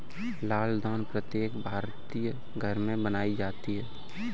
लाल दाल प्रत्येक भारतीय घर में बनाई जाती है